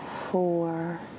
four